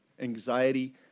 Anxiety